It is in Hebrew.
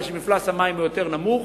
מפני שמפלס המים הוא יותר נמוך.